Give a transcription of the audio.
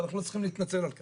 אנחנו לא צריכים להתנצל על כך.